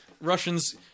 Russians